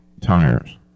tires